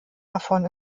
davon